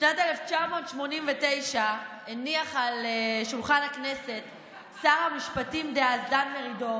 בשנת 1989 הניח שר המשפטים דאז דן מרידור